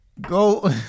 Go